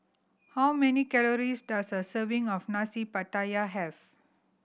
how many calories does a serving of Nasi Pattaya have